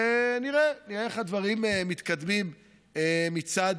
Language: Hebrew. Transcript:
ונראה, נראה איך הדברים יתקדמו מצד